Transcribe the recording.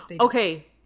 Okay